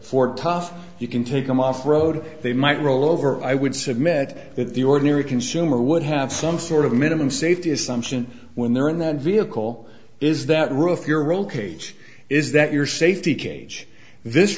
ford tough you can take them off road they might roll over i would submit that the ordinary consumer would have some sort of a minimum safety assumption when they're in that vehicle is that roof your roll cage is that your safety cage